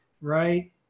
right